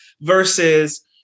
Versus